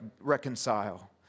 reconcile